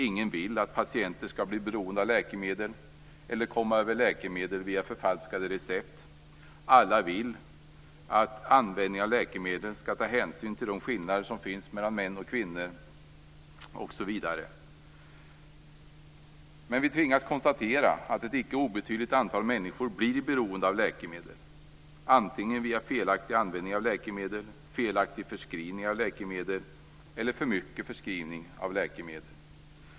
Ingen vill att patienter skall bli beroende av läkemedel eller komma över läkemedel via förfalskade recept, alla vill att användningen av läkemedel skall ta hänsyn till de skillnader som finns mellan män och kvinnor, osv. Vi tvingas ändå konstatera att ett icke obetydligt antal människor blir beroende av läkemedel, via felaktig användning av läkemedel, felaktig förskrivning av läkemedel eller för stor förskrivning av läkemedel.